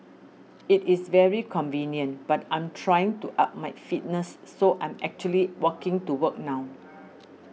it is very convenient but I'm trying to up my fitness so I'm actually walking to work now